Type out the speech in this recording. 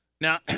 Now